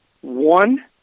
one